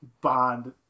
bond